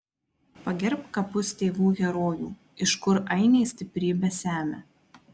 pagerbk kapus tėvų herojų iš kur ainiai stiprybę semia